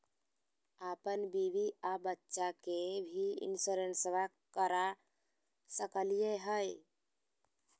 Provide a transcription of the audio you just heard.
अपन बीबी आ बच्चा के भी इंसोरेंसबा करा सकली हय?